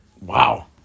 Wow